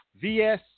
VS